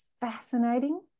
fascinating